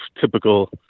typical